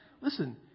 listen